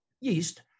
yeast